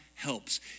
helps